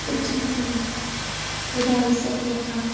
ઊંચી ફી વધારે સગવડતા